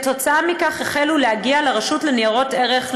עקב כך החלו להגיע לרשות לניירות ערך,